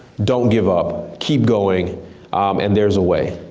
don't give up, keep going and there's a way.